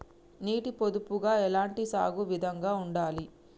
నీటి పొదుపుగా ఎలాంటి సాగు విధంగా ఉండాలి?